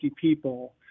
people